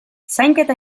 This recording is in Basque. zainketa